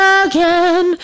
again